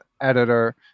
editor